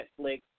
Netflix